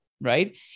right